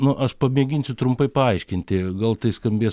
nu aš pamėginsiu trumpai paaiškinti gal tai skambės